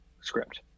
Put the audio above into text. script